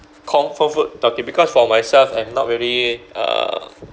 comfort food talking because for myself I'm not really err